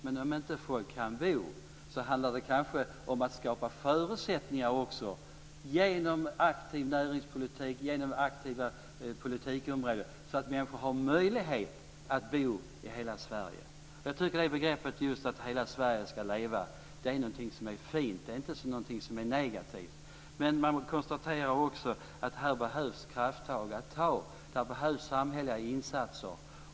Men om människor inte kan bo så kanske det handlar om att också skapa förutsättningar genom en aktiv näringspolitik och genom aktiva politikområden, så att människor har möjlighet att bo i hela Sverige. Jag tycker att begreppet att hela Sverige ska leva är fint. Det är inte något negativt. Men man konstaterar också att det behöver tas krafttag. Det behövs samhälleliga insatser.